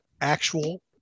actual